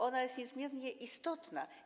Ona jest niezmiernie istotna.